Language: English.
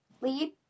lead